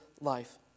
life